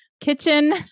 kitchen